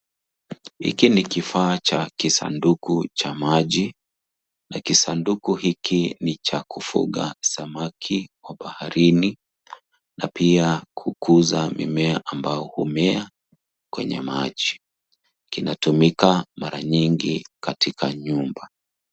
Hiki ni kifaa cha kisanduku cha maji na kisanduku hiki ni cha kufuga samaki wa baharini na pia kukuza mimea ambao umea kwenye maji. Kinatumika mara nyingi katika nyumba.